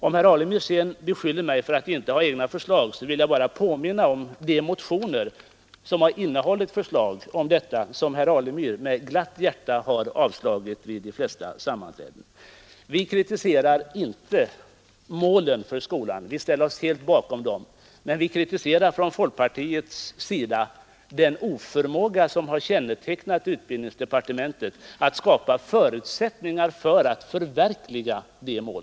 När herr Alemyr sedan beskyller mig för att inte ha egna förslag vill jag bara påminna om de motioner med förslag i dessa avseenden som herr Alemyr med glatt hjärta varit med om att avstyrka. Från folkpartiets sida kritiserar vi inte målen för skolan — vi ställer oss helt bakom dessa — men vi kritiserar den oförmåga som kännetecknat utbildningsdepartementet när det gällt att skapa förutsättningar för att förverkliga dessa mål.